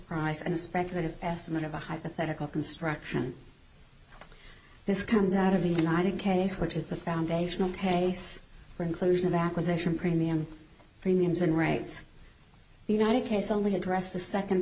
a speculative estimate of a hypothetical construction this comes out of the united case which is the foundational pace for inclusion of acquisition premium premiums and rights the united case only address the second